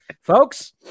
folks